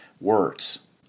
words